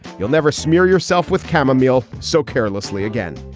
you'll never smear yourself with camomile so carelessly again.